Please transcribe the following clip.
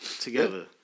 together